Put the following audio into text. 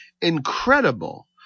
incredible